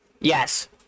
Yes